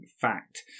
fact